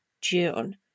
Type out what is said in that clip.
June